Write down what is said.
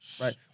right